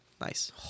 Nice